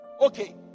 okay